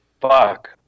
fuck